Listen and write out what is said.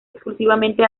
exclusivamente